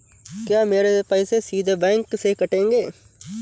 क्या मेरे पैसे सीधे बैंक से कटेंगे?